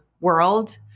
world